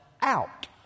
out